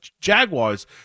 Jaguars